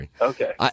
Okay